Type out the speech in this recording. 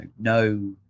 no